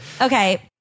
Okay